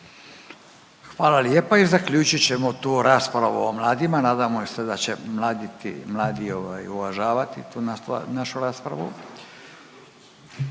Hvala lijepa i zaključit ćemo tu raspravu o mladima, nadamo se da će mladi ovaj uvažavati tu našu raspravu.